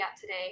today